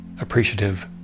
appreciative